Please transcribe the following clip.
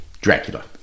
Dracula